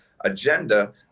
agenda